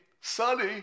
sunny